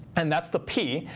and that's the p.